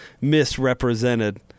misrepresented